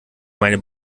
meine